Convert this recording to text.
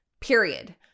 period